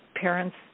parents